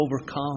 overcome